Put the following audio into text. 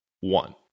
one